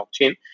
blockchain